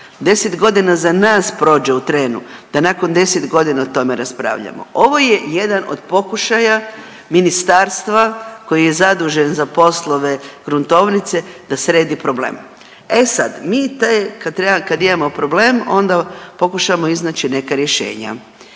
trenu, 10.g. za nas prođe u trenu, da nakon 10.g. o tome raspravljamo. Ovo je jedan od pokušaja ministarstva koji je zadužen za poslove gruntovnice da sredi probleme. E sad, mi te, kad treba, kad imamo problem onda pokušamo iznaći neka rješenja